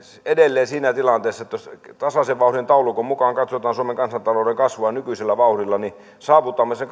edelleen siinä tilanteessa että jos tasaisen vauhdin taulukon mukaan katsotaan suomen kansantalouden kasvua nykyisellä vauhdilla niin saavutamme sen